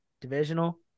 Divisional